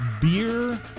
beer